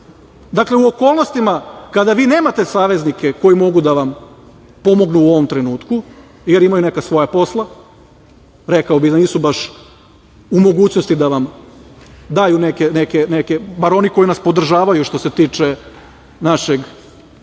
u okolnostima kada vi nemate saveznike koji mogu da vam pomognu u ovom trenutku, jer imaju neka svoja posla, rekao bih da nisu baš u mogućnosti da vam daju neke, bar oni koji nas podržavaju što se tiče našeg